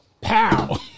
Pow